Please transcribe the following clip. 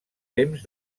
temps